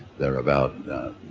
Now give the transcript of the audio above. they're about,